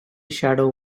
shadow